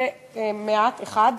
במוסד אחד,